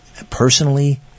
Personally